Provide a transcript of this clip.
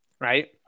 Right